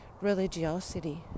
religiosity